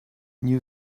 new